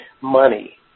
money